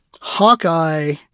Hawkeye